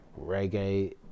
reggae